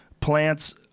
plants